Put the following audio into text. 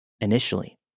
Initially